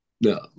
no